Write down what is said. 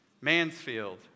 Mansfield